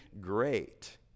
great